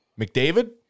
McDavid